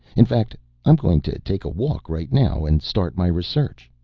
in fact i'm going to take a walk right now and start my research.